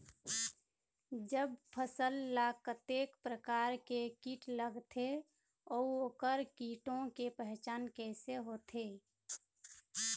जब फसल ला कतेक प्रकार के कीट लगथे अऊ ओकर कीटों के पहचान कैसे होथे?